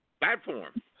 platform